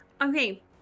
Okay